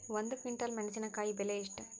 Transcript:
ಒಂದು ಕ್ವಿಂಟಾಲ್ ಮೆಣಸಿನಕಾಯಿ ಬೆಲೆ ಎಷ್ಟು?